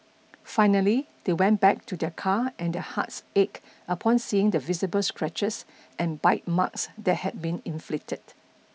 finally they went back to their car and their hearts ached upon seeing the visible scratches and bite marks that had been inflicted